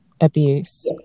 abuse